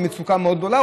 מצוקה מאוד גדולה,